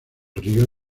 ríos